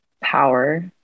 power